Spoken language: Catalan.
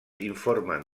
informen